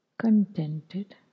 contented